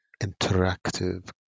Interactive